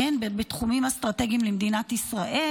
בתחומים אסטרטגיים למדינת ישראל.